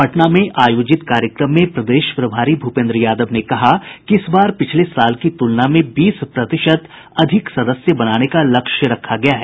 पटना में आयोजित कार्यक्रम में प्रदेश प्रभारी भूपेंद्र यादव ने कहा कि इस बार पिछले साल की तूलना में बीस प्रतिशत अधिक सदस्य बनाने का लक्ष्य रखा गया है